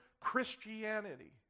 Christianity